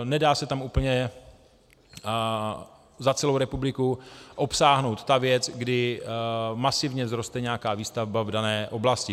Nedá se tam úplně za celou republiku obsáhnout ta věc, kdy masivně vzroste nějaká výstavba v dané oblasti.